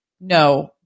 no